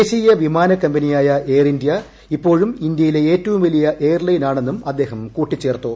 ദേശീയ വിമാന കമ്പനിയ്യായ് എയർ ഇന്ത്യ ഇപ്പോഴും ഇന്ത്യയിലെ ഏറ്റവും വലിയ എയർല്ലെൻ ആണെന്നും അദ്ദേഹം കൂട്ടിച്ചേർത്തു